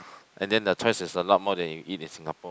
and then the choice is a lot more than you eat in Singapore